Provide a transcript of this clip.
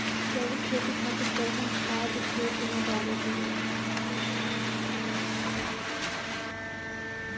जैविक खेती खातिर कैसन खाद खेत मे डाले के होई?